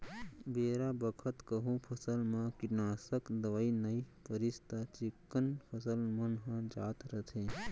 बेरा बखत कहूँ फसल म कीटनासक दवई नइ परिस त चिक्कन फसल मन ह जात रइथे